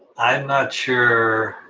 i'm not sure,